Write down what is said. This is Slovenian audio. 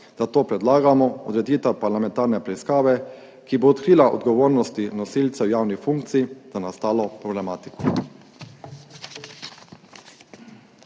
Zato predlagamo odreditev parlamentarne preiskave, ki bo odkrila odgovornosti nosilcev javnih funkcij za nastalo problematiko.